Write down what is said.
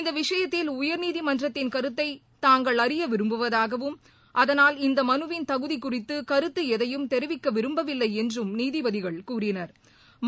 இந்த விஷயத்தில் உயர்நீதிமன்றத்தின் கருத்தை தாங்கள் அறிய விரும்புவதாகவும் அதனால் இந்த மனுவின் தகுதி குறித்து கருத்து எதையும் தெரிவிக்க விரும்பவில்லை என்றும் நீதிபதிகள் கூறினா்